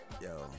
yo